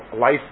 life